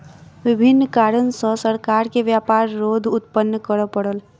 विभिन्न कारण सॅ सरकार के व्यापार रोध उत्पन्न करअ पड़ल